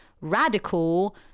radical